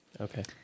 Okay